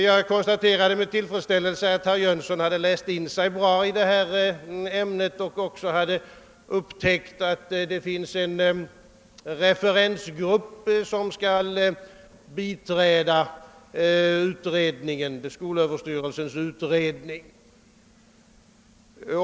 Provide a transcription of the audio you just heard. Jag konstaterade med tillfredsställelse, att herr Jönsson i Arlöv hade läst in detta ämne bra och också hade upptäckt att det finns en referensgrupp som skall biträda skolöverstyrelsens utredning.